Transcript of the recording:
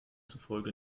zufolge